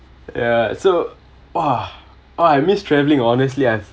ya so !wah! !wah! I miss travelling honestly I‘ve